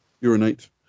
Urinate